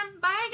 bye